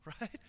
right